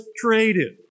created